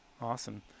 awesome